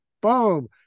Boom